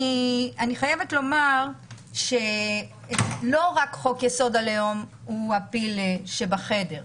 לא רק חוק-יסוד: הלאום הוא הפיל שבחדר.